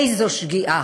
איזו שגיאה.